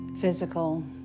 physical